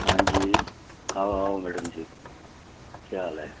हां जी आओ आओ मैडम जी केह् हाल ऐ